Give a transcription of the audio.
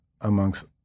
amongst